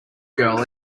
girl